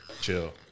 Chill